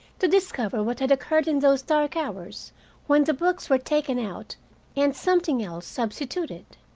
to discover what had occurred in those dark hours when the books were taken out and something else substituted.